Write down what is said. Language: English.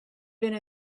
been